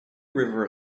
river